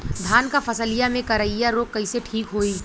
धान क फसलिया मे करईया रोग कईसे ठीक होई?